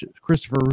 Christopher